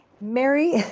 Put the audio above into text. Mary